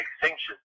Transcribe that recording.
extinction